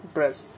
Press